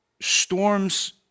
storms